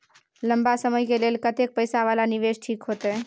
लंबा समय के लेल कतेक पैसा वाला निवेश ठीक होते?